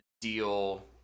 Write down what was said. deal